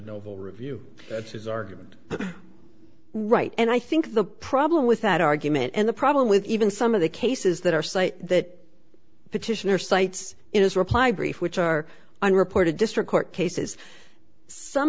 novo review that's his argument right and i think the problem with that argument and the problem with even some of the cases that are slight that petitioner cites in his reply brief which are on reported district court cases some